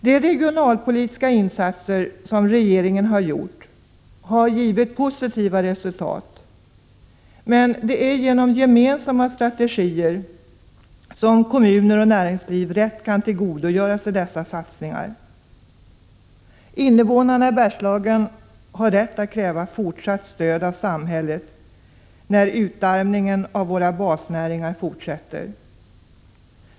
De regionalpolitiska insatser som regeringen har gjort har givit positivt resultat, men det är genom gemensamma strategier som kommuner och näringsliv rätt kan tillgodogöra sig dessa satsningar. Invånarna i Bergslagen har rätt att kräva fortsatt stöd av samhället, när utarmningen av våra basnäringar fortsätter.